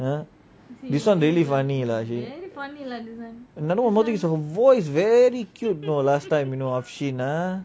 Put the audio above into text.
!huh! this [one] really funny lah she nobody her voice very cute you know last time you know she ah